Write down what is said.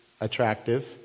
attractive